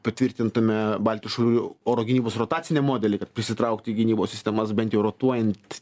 patvirtintame baltijos oro gynybos rotaciniam modelį kad prisitraukti gynybos sistemas bent jau rotuojant